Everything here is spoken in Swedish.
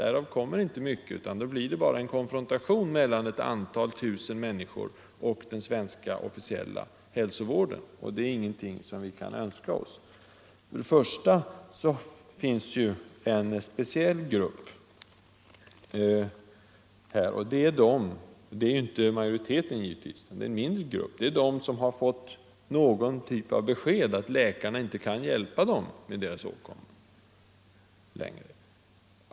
Därav kommer inte mycket, är jag rädd. Då blir det bara en konfrontation mellan ett antal tusen människor och Ang. rätten att den officiella svenska hälsovården, och det är ingenting som vi kan önska. använda vissa s.k. Här finns först och främst en speciell grupp, och det är de — de utgör naturläkemedel, givetvis inte en majoritet, utan detta är en mindre grupp - som har mm.m. fått besked om att läkarna inte längre kan hjälpa dem med deras åkomma.